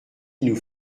nous